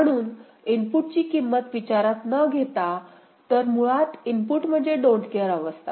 म्हणून इनपुटची किंमत विचारात न घेता तर मुळात इनपुट म्हणजे डोन्ट केअर अवस्था